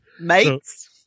mate's